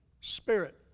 spirit